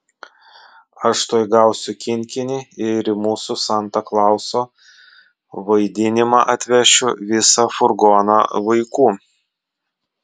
aš tuoj gausiu kinkinį ir į mūsų santa klauso vaidinimą atvešiu visą furgoną vaikų